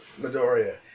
Midoriya